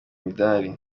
imidari